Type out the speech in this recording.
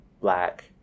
black